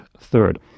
third